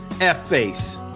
F-face